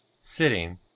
sitting